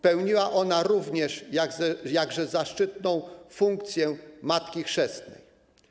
Pełniła ona również jakże zaszczytną funkcję matki chrzestnej.